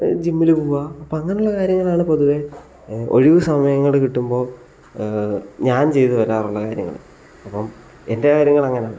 ജിമ്മിൽ പോവുക അപ്പം അങ്ങനെയുള്ള കാര്യങ്ങളാണ് പൊതുവേ ഒഴിവു സമയങ്ങൾ കിട്ടുമ്പോൾ ഞാൻ ചെയ്തു വരാറുള്ള കാര്യങ്ങൾ അപ്പം എൻ്റെ കാര്യങ്ങൾ അങ്ങനെയാണ്